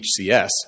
HCS